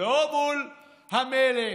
לא מול המלך.